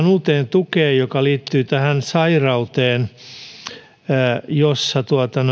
uuteen tukeen joka liittyy tähän sairauteen jossa